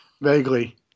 Vaguely